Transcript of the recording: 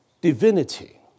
divinity